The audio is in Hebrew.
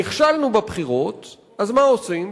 נכשלנו בבחירות, אז מה עושים?